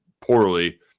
poorly